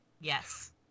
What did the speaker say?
Yes